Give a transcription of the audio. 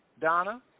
Donna